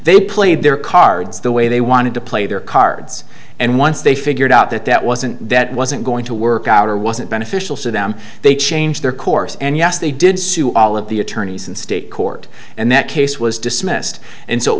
they played their cards the way they wanted to play their cards and once they figured out that that wasn't that wasn't going to work out or wasn't beneficial to them they changed their course and yes they did sue all of the attorneys in state court and that case was dismissed